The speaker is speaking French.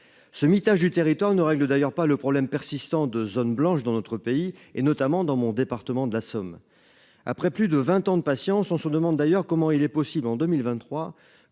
Ce mitage du territoire ne règlent d'ailleurs pas le problème persistant de zones blanches dans notre pays et notamment dans mon département de la Somme. Après plus de 20 ans de patience. On se demande d'ailleurs comment il est possible en 2023